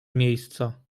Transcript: miejsca